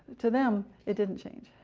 to them, it didn't change.